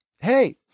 hey